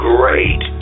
Great